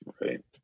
Right